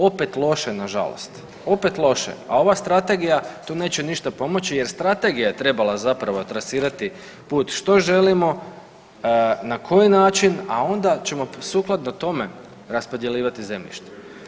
Opet loše na žalost, opet loše, a ova strategija tu neće ništa pomoći jer strategija je trebala zapravo trasirati put što želimo, na koji način a onda ćemo sukladno tome raspodjeljivati zemljište.